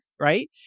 right